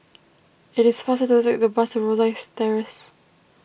it is faster to take the bus Rosyth Terrace